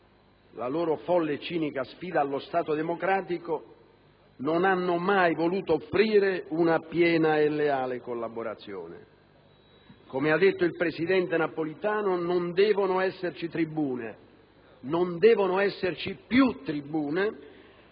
la loro folle e cinica sfida allo Stato democratico, non hanno mai voluto offrire una piena e leale collaborazione. Come ha detto il presidente Napolitano, non devono più esserci tribune per coloro che non